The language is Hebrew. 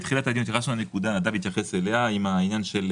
נדב התייחס,